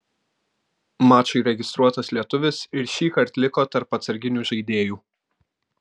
mačui registruotas lietuvis ir šįkart liko tarp atsarginių žaidėjų